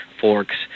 forks